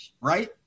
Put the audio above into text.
right